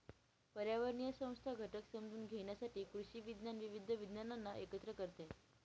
पर्यावरणीय संस्था घटक समजून घेण्यासाठी कृषी विज्ञान विविध विज्ञानांना एकत्र करते